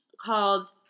called